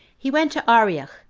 he went to arioch,